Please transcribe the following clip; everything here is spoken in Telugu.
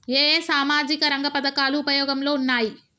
ఏ ఏ సామాజిక రంగ పథకాలు ఉపయోగంలో ఉన్నాయి?